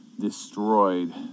destroyed